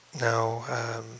Now